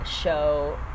show